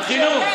החינוך,